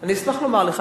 אני אשמח לומר לך.